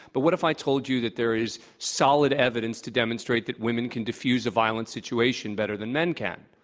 but what if i told you that there is solid evidence to demonstrate that women can defuse a violent situation better than men can?